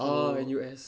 oh N_U_S